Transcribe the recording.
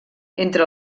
entre